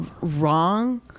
wrong